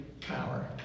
power